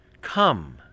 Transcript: come